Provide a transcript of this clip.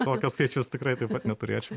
tokio skaičiaus tikrai taip pat neturėčiau